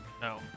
no